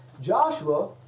joshua